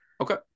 Okay